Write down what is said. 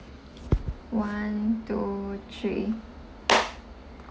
one two three